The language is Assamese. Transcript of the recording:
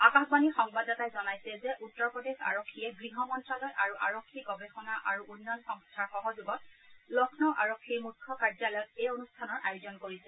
আকাশবাণীৰ সংবাদদাতাই জনাইছে যে উত্তৰ প্ৰদেশ আৰক্ষীয়ে গৃহ মন্তালয় আৰু আৰক্ষী গৱেষণা আৰু উন্নয়ন সংস্থাৰ সহযোগত লক্ষ্ণৌ আৰক্ষীৰ মুখ্য কাৰ্যালয়ত এই অনুষ্ঠানৰ আয়োজন কৰিছে